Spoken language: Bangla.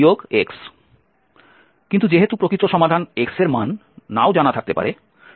কিন্তু যেহেতু প্রকৃত সমাধান x এর মান নাও জানা থাকতে পারে